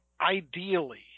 ideally